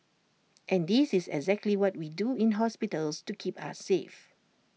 and this is exactly what we do in hospitals to keep us safe